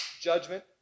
Judgment